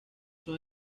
son